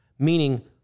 Meaning